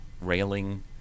railing